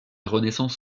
renaissance